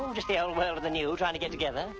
of the new trying to get together